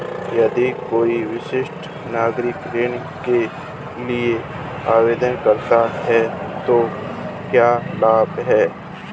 यदि कोई वरिष्ठ नागरिक ऋण के लिए आवेदन करता है तो क्या लाभ हैं?